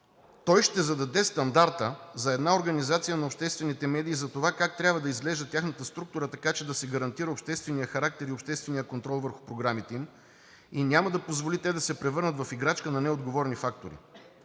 Той ще зададе стандарта за една организация на обществените медии, за това как трябва да изглежда тяхната структура, така че да се гарантира общественият характер и общественият контрол върху програмите им, и няма да позволи те да се превърнат в играчка на неотговорни фактори.